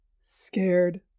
scared